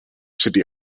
city